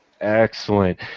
Excellent